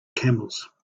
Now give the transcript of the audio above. camels